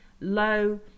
low